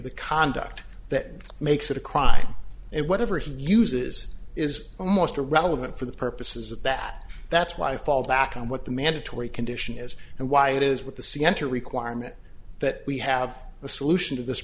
the conduct that makes it a crime and whatever he uses is almost irrelevant for the purposes of that that's why i fall back on what the mandatory condition is and why it is with the c enter requirement that we have a solution to this